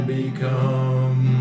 become